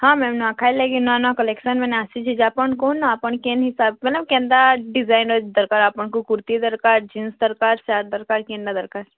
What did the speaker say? ହଁ ମ୍ୟାମ୍ ନୂଆଖାଇର୍ ଲାଗି ନୂଆ ନୂଆ କଲେକ୍ସନ୍ମାନେ ଆସିଛି ଯେ ଆପଣ କହୁନ୍ ଆପଣ କେନ୍ ହିସାବର କେନ୍ତା ଡ଼ିଜାଇନ୍ର ଦରକାର୍ ଆପଣଙ୍କୁ କୁର୍ତ୍ତି ଦର୍କାର୍ ଜିନ୍ସ୍ ଦରକାର୍ ସାର୍ଟ୍ ଦରକାର୍ କେନ୍ତା ଦରକାର୍